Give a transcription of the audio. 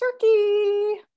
turkey